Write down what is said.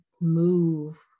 move